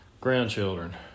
grandchildren